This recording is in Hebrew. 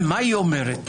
מה ההצעה הזאת אומרת